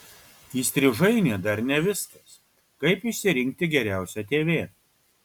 įstrižainė dar ne viskas kaip išsirinkti geriausią tv